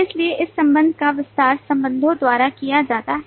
इसलिए इस संबंध का विस्तार संबंधों द्वारा किया जाता है